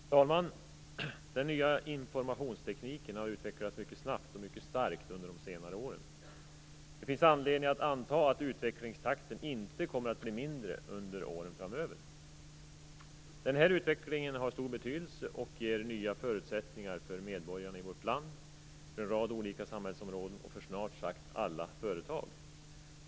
Fru talman! Den nya informationstekniken har utvecklats mycket snabbt och mycket starkt under senare år. Och det finns anledning att anta att utvecklingstakten inte kommer att bli lägre under åren framöver. Den här utvecklingen har stor betydelse och ger nya förutsättningar för medborgarna i vårt land, för en rad olika samhällsområden och för snart sagt alla företag.